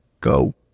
go